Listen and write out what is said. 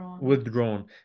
withdrawn